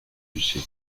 lucé